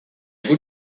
guk